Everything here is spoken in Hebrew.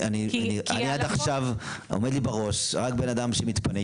אני, עד עכשיו עומד לי בראש רק בן אדם שמתפנה.